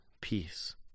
peace